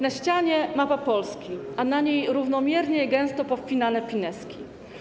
Na ścianie wisi mapa Polski, a na niej - równomiernie, gęsto powpinane pinezki.